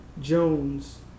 Jones